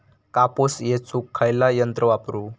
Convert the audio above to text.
कापूस येचुक खयला यंत्र वापरू?